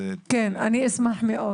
כן, אני אשמח מאוד.